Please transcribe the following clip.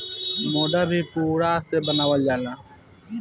मोढ़ा भी पुअरा से बनावल जाला